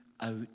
out